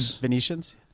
Venetians